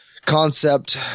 Concept